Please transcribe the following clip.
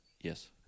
yes